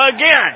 again